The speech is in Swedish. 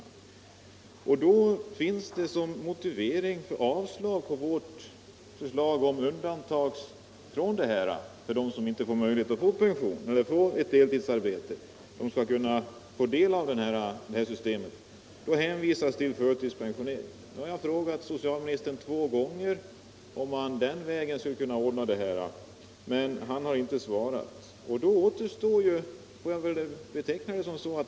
I samband med yrkandet om avslag på vårt förslag om undantag från kravet på deltidsarbete för den som inte kan få det men ändå önskar delpension hänvisas till förtidspensionering. Nu har jag frågat socialministern två gånger om man skulle kunna åberopa arbetsmarknadsskäl när det inte går att ordna deltidsarbete, men socialministern har inte svarat.